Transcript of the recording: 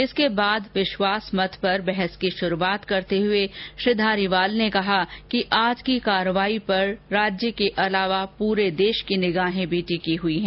इसके बाद विश्वास मत पर बहस की शुरूआत करते हुए श्री धारीवाल ने कहा कि आज की कार्यवाही पर राज्य के अलावा पूरे देश की निगाहें भी टिकीं हई हैं